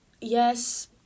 yes